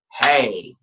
hey